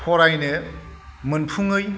फरायनो मोनफुङै